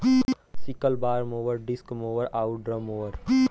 sickle bar mower, disc mower आउर drum mower